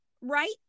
right